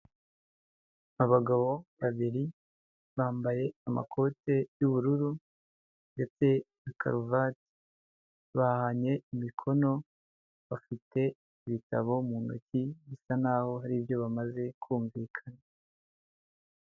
Abagabo babiri bambaye amakoti y'ubururu ndetse na karuvati. Bahanye imikono, bafite ibitabo mu ntoki bisa naho hari ibyo bamaze kumvikana.